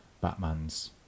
Batman's